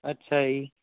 ਅੱਛਾ ਜੀ